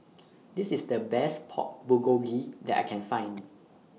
This IS The Best Pork Bulgogi that I Can Find